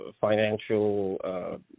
financial